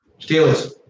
Steelers